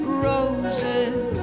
roses